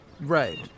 Right